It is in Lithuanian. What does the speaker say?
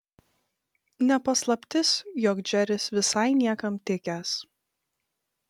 ne paslaptis jog džeris visai niekam tikęs